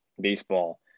baseball